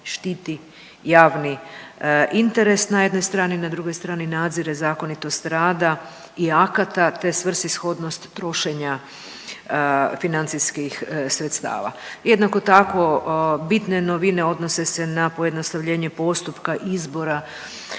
štiti javni interes na jednoj strani, na drugoj strani nadzire zakonitost rada i akata te svrsishodnost trošenja financijskih sredstava. Jednako tako bitne novine odnose se na pojednostavljenje postupka izbora